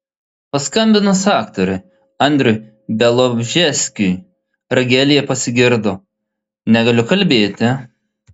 paskambinus aktoriui andriui bialobžeskiui ragelyje pasigirdo negaliu kalbėti